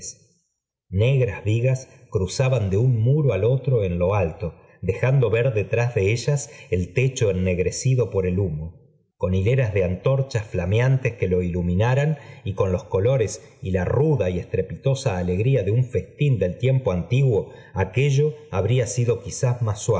negra vigas cruzaban de un muro al otro en lo alto dejando ver detrás ae ellas el techo ennegrecido por el humo con hieras de antorchas llameantes que lo iluminaran y con los colorea y la ruda y estrepitosa alegría de un festín del tiempo antiguo aquello habría sido quizá